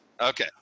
Okay